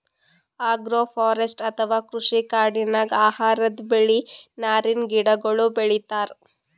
agroforestry ಅಥವಾ ಕೃಷಿ ಕಾಡಿನಾಗ್ ಆಹಾರದ್ ಬೆಳಿ, ನಾರಿನ್ ಗಿಡಗೋಳು ಬೆಳಿತಾರ್